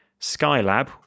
Skylab